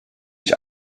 ich